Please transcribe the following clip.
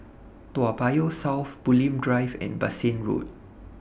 Toa Payoh South Bulim Drive and Bassein Road